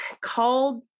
called